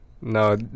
No